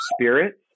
spirits